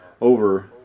over